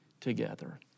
together